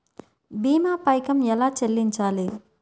భీమా పైకం ఎలా చెల్లించాలి?